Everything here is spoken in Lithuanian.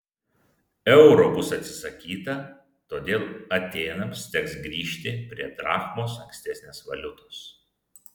euro bus atsisakyta todėl atėnams teks grįžti prie drachmos ankstesnės valiutos